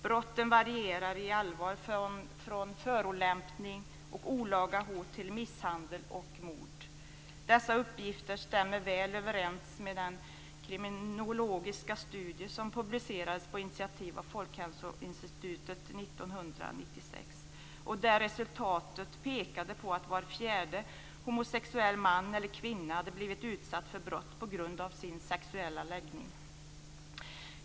Brotten varierar i allvar från förolämpning och olaga hot till misshandel och mord. Dessa uppgifter stämmer väl överens med den kriminologiska studie som publicerades på initiativ av Folkhälsoinstitutet 1996. Resultatet pekade på att var fjärde homosexuell man eller kvinna hade blivit utsatt för brott på grund av sin sexuella läggning.